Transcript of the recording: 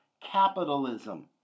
capitalism